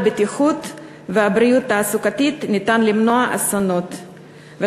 הבטיחות והבריאות התעסוקתית ניתן למנוע אסונות,